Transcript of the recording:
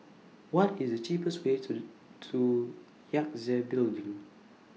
What IS The cheapest Way to to Yangtze Building